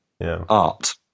Art